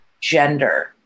gender